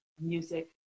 Music